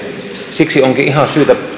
siksi onkin ihan syytä